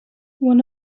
one